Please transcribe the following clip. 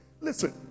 listen